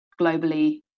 globally